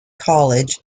college